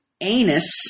anus